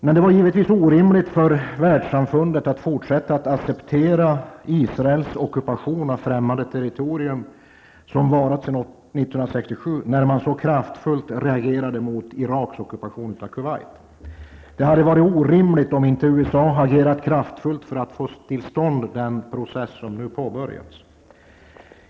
Men det var givetvis orimligt för världssamfundet att fortsätta att acceptera Israels ockupation av främmande territorium, som varat sedan 1967, när man samtidigt så kraftfullt reagerade mot Iraks ockupation av Kuwait. Det hade varit orimligt om inte USA hade agerat kraftfullt för att få till stånd den process som nu påbörjats.